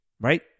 right